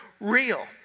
real